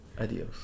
adios